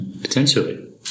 Potentially